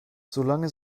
solange